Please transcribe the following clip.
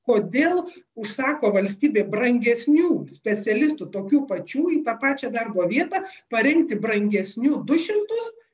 kodėl užsako valstybė brangesnių specialistų tokių pačių į tą pačią darbo vietą parengti brangesnių du šimtus